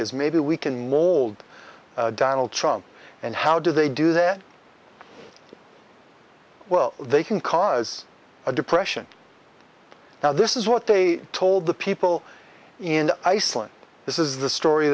is maybe we can mold donald trump and how do they do that well they can cause a depression now this is what they told the people in iceland this is the story